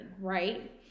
right